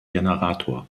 generator